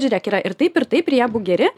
žiūrėk yra ir taip ir taip ir jie abu geri